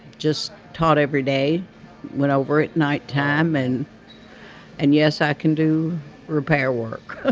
just taught every day went over at nighttime and and yes i can do repair work. ah